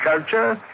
culture